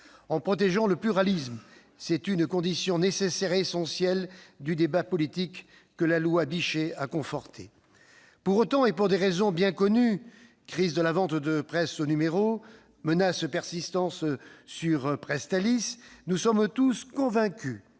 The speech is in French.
En protégeant le pluralisme, c'est une condition nécessaire et essentielle du débat politique que la loi Bichet a confortée. Pour autant, pour des raisons bien connues- crise de la vente de la presse au numéro, menaces persistantes sur Presstalis -, nous sommes tous convaincus